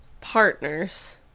partners